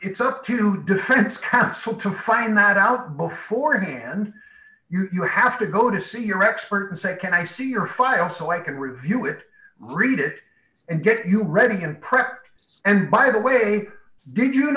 it's up to defense counsel to find that out beforehand you have to go to see your expert and say can i see your file so i can review it read it and get you ready and prepped and by the way did you